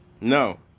no